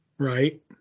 Right